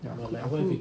ya aku aku